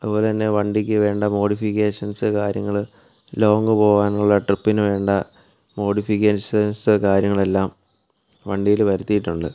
അതുപോലെ തന്നെ വണ്ടിക്ക് വേണ്ട മോഡിഫിക്കേഷൻസ് കാര്യങ്ങൾ ലോങ്ങ് പോവാനുള്ള ട്രിപ്പിന് വേണ്ട മോഡിഫിക്കേഷൻസ് കാര്യങ്ങളെല്ലാം വണ്ടിയിൽ വരുത്തിയിട്ടുണ്ട്